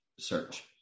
search